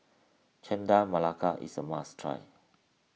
Chendol Melaka is a must try